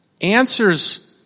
answers